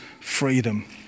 freedom